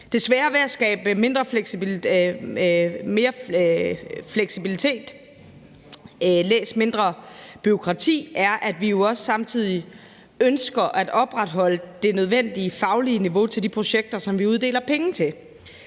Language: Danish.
Det svære ved at skabe mere fleksibilitet – læs: mindre bureaukrati – er, at vi jo også samtidig ønsker at opretholde det nødvendige faglige niveau til de projekter, som vi uddeler penge til.